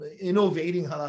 Innovating